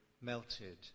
melted